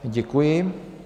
Děkuji.